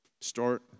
start